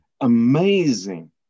amazing